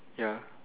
ya